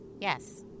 Yes